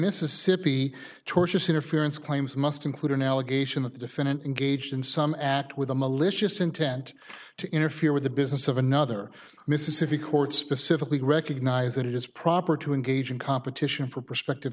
mississippi tortious interference claims must include an allegation that the defendant engaged in some at with a malicious intent to interfere with the business of another mississippi court specifically recognize that it is proper to engage in competition for prospective